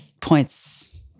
points